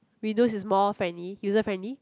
Windows is more friendly user friendly